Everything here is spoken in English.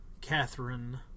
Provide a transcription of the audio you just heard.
Catherine